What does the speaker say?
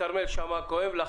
כרמל שאמה הכהן, בבקשה.